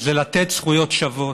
זה לתת זכויות שוות,